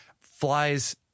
flies